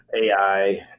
AI